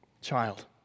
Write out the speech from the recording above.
child